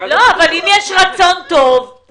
חשוב שהוועדה תפנה לשר האוצר עוד היום,